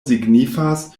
signifas